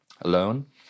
alone